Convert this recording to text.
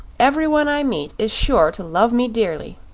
everyone i meet is sure to love me dearly.